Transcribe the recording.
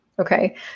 okay